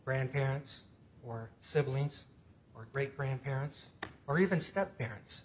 grandparents or siblings or great grandparents or even step parents